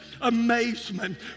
amazement